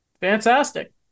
Fantastic